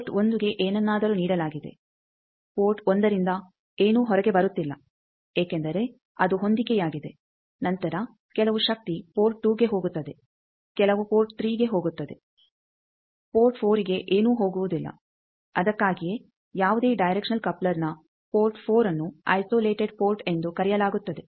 port 1ಗೆ ಏನನ್ನಾದರೂ ನೀಡಲಾಗಿದೆ ಪೋರ್ಟ್ 1ರಿಂದ ಏನೂ ಹೊರಗೆ ಬರುತ್ತಿಲ್ಲ ಏಕೆಂದರೆ ಅದು ಹೊಂದಿಕೆಯಾಗಿದೆ ನಂತರ ಕೆಲವು ಶಕ್ತಿ ಪೋರ್ಟ್ 2ಗೆ ಹೋಗುತ್ತದೆ ಕೆಲವು ಪೋರ್ಟ್ 3ಗೆ ಹೋಗುತ್ತದೆ ಪೋರ್ಟ್ 4ಗೆ ಏನೂ ಹೋಗುವುದಿಲ್ಲ ಅದಕ್ಕಾಗಿಯೇ ಯಾವುದೇ ಡೈರೆಕ್ಷನಲ್ ಕಪ್ಲರ್ನ ಪೋರ್ಟ್ 4 ಅನ್ನು ಐಸೋಲೇಟೆಡ್ ಪೋರ್ಟ್ ಎಂದು ಕರೆಯಲಾಗುತ್ತದೆ